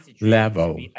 level